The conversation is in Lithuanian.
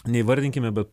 neįvardinkime bet